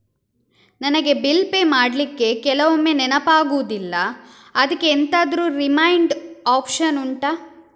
ನನಗೆ bill pay ಮಾಡ್ಲಿಕ್ಕೆ ಕೆಲವೊಮ್ಮೆ ನೆನಪಾಗುದಿಲ್ಲ ಅದ್ಕೆ ಎಂತಾದ್ರೂ ರಿಮೈಂಡ್ ಒಪ್ಶನ್ ಉಂಟಾ